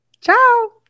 Ciao